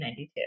1992